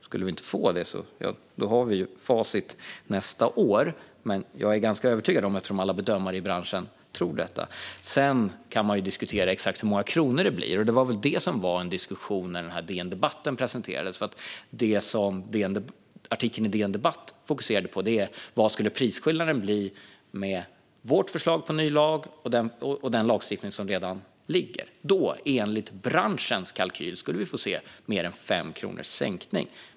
Skulle vi inte få det har vi facit nästa år, men eftersom alla bedömare i branschen tror detta är jag ganska övertygad om att det blir så. Sedan kan man diskutera exakt hur många kronor det blir, och det var väl det som var diskussionen som presenterades på DN Debatt. Artikeln i DN Debatt fokuserade på vad prisskillnaden skulle bli med vårt förslag till ny lag och med den lagstiftning som redan finns. Enligt branschens kalkyl skulle vi då få se en sänkning med mer än 5 kronor.